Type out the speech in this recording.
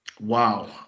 Wow